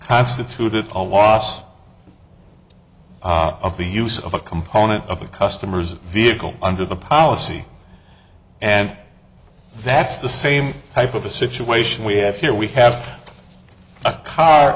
constituted a loss of the use of a component of a customer's vehicle under the policy and that's the same type of a situation we have here we have a car